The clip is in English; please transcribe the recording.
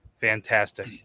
Fantastic